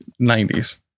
90s